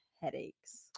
headaches